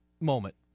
moment